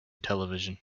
television